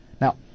Now